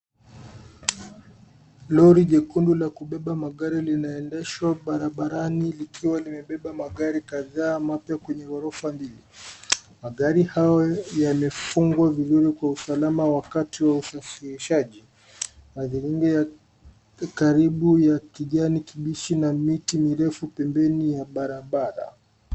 Lori jekundu la kubeba magari linaendeshwa barabarani likiwa limebeba magari kadhaa mapya kwenye ghorofa mbili. Magari haya yamefungwa vizuri kwa usalama wakati wa usafirishaji. Mazingira ya karibu ni ya kijani kibichi na miti mirefu pembeni ya barabara.